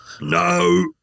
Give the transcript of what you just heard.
No